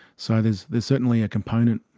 so there's there's certainly a component,